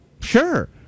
sure